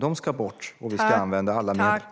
De ska bort, och vi ska använda alla medel för det.